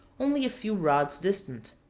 only a few rods distant.